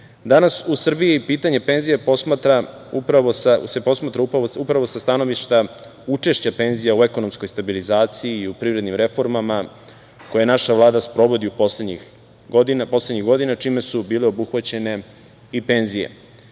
Danas u Srbiji pitanje penzija se posmatra upravo sa stanovišta učešća penzija u ekonomskoj stabilizaciji i u privrednim reformama koje naša Vlada sprovodi poslednjih godina, čime su bile obuhvaćene i penzije. Da